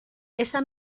esa